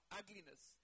ugliness